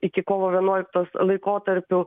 iki kovo vienuoliktos laikotarpiu